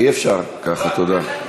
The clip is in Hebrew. אתה מעוות.